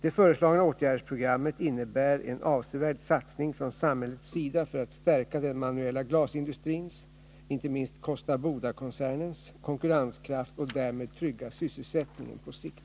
Det föreslagna åtgärdsprogrammet innebär en avsevärd satsning från samhällets sida för att stärka den manuella glasindustrins, inte minst Kosta Boda-koncernens, konkurrenskraft och därmed trygga sysselsättningen på sikt.